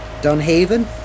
Dunhaven